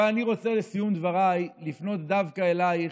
אבל אני רוצה, לסיום דבריי, לפנות דווקא אלייך,